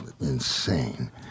insane